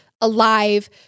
alive